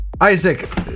Isaac